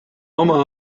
oma